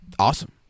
Awesome